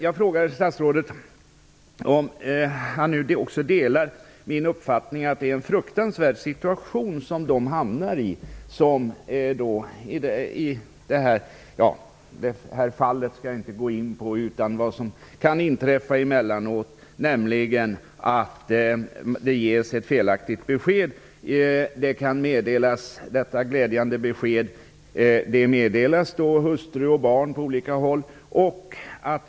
Jag undrar om statsrådet delar min uppfattning att det är en fruktansvärd situation människor emellanåt hamnar i - jag skall inte närmare gå in på ett något fall - när ett felaktigt besked ges. Detta glädjande besked meddelas hustru och barn på olika håll.